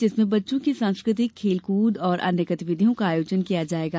जिसमें बच्चों के सांस्कृतिक खेल कृद और अन्य गतिविधियों का आयोजन किया जायेगा